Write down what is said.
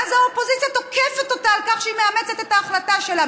ואז האופוזיציה תוקפת אותה על כך שהיא מאמצת את ההחלטה שלה.